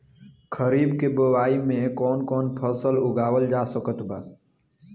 खरीब के बोआई मे कौन कौन फसल उगावाल जा सकत बा?